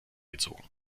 gezogen